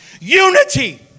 Unity